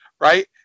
right